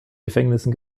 gefängnissen